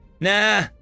Nah